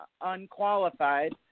unqualified